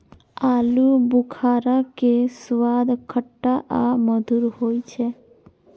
आलू बुखारा के स्वाद खट्टा आ मधुर होइ छै